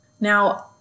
Now